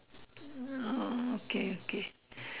um okay okay